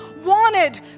wanted